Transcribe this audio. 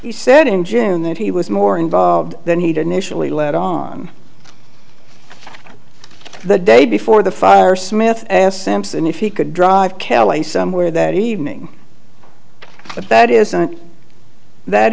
he said in june that he was more involved than he did initially let on the day before the fire smith asked sampson if he could drive kelly somewhere that evening but that isn't that